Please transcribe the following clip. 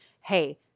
hey